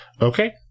Okay